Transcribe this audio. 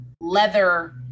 leather